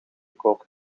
koken